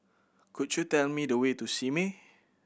could you tell me the way to Simei